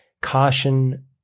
Caution